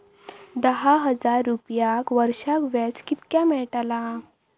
दहा हजार रुपयांक वर्षाक व्याज कितक्या मेलताला?